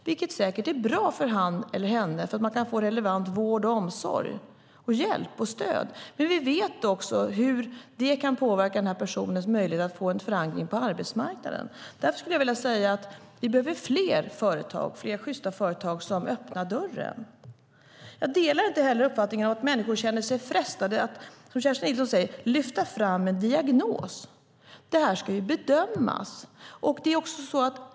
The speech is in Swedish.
Det är säkert bra för honom eller henne som då kan få relevant vård, omsorg, hjälp och stöd. Men vi vet också hur det kan påverka den här personens möjlighet att få en förankring på arbetsmarknaden. Därför skulle jag vilja säga att vi behöver fler sjysta företag som öppnar dörren. Jag delar inte heller uppfattningen att människor känner sig frestade, som Kerstin Nilsson säger, att lyfta fram en diagnos. Det här ska ju bedömas.